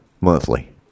monthly